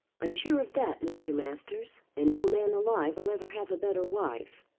i'm sure of that, mr. masters and no man alive ll ever have a better wife.